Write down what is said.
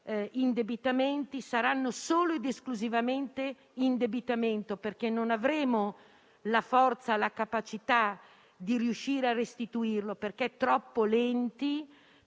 indebitamento sarà solo ed esclusivamente indebitamento, perché non avremo la forza e la capacità di riuscire a restituirlo, essendo troppo lenti,